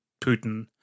Putin